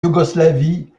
yougoslavie